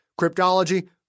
cryptology